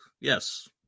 Yes